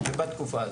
ובתקופה הזאת.